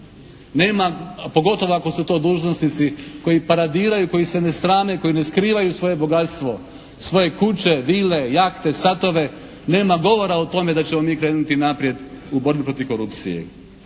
Nema, pogotovo ako su to dužnosnici koji paradiraju, koji se ne srame, koji ne skrivaju svoje bogatstvo. Svoje kuće, vile, jahte, satove. Nema govora da ćemo mi krenuti naprijed u borbi protiv korupcije.